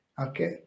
okay